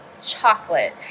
chocolate